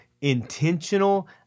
intentional